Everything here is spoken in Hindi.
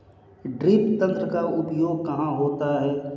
ड्रिप तंत्र का उपयोग कहाँ होता है?